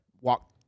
walk